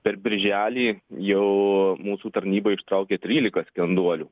per birželį jau mūsų tarnyba ištraukė trylika skenduolių